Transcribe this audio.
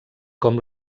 com